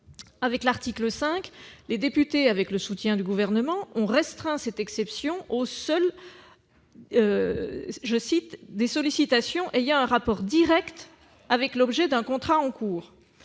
l'article 5, les députés, avec le soutien du Gouvernement, ont restreint cette exception aux seules « sollicitations ayant un rapport direct avec l'objet d'un contrat en cours ».